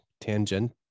tangent